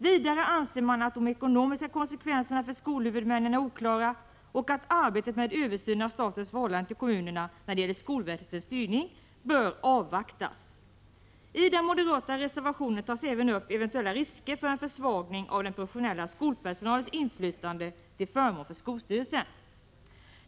Vidare anser man att de ekonomiska konsekvenserna för skolhuvudmännen är oklara och att arbetet med översynen av statens förhållande till kommunerna när det gäller skolväsendets styrning bör avvaktas. I den moderata reservationen tas även upp eventuella risker för en försvagning av den professionella skolpersonalens inflytande till förmån för skolstyrelsen.